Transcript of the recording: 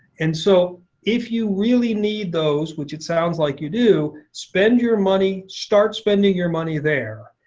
and so if you really need those, which it sounds like you do, spend your money start spending your money there.